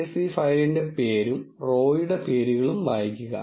csv ഫയലിന്റെ പേരും റോയുടെ പേരുകളും വായിക്കുക